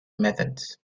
methods